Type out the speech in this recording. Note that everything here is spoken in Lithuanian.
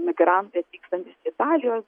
migrantai atvykstantis į italijos